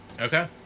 Okay